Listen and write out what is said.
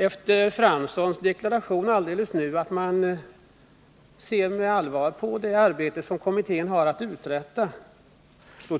Efter herr Franssons deklaration nyss att socialdemokraterna med allvar ser på det arbete som kommittén har att utföra